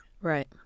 Right